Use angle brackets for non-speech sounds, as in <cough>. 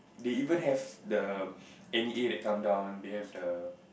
they even have the <noise> n_e_a that come down they have the